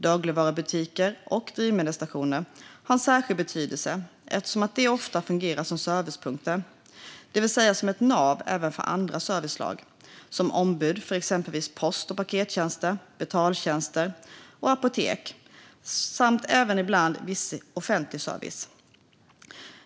Dagligvarubutiker och drivmedelsstationer har en särskild betydelse eftersom de ofta fungerar som servicepunkter, det vill säga som ett nav även för andra serviceslag, som ombud för exempelvis post och pakettjänster, betaltjänster och apotek samt ibland även viss offentlig service.